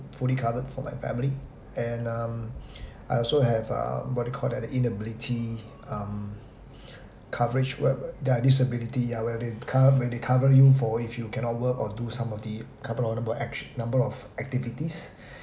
fully covered for my family and um I also have um what you call that the inability um coverage where where there are disability ya where they co~ where they cover you for if you cannot work or do some of the carbo~ number of activities